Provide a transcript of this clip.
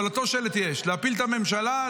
אבל אותו שלט: להפיל את הממשלה,